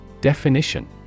Definition